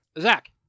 Zach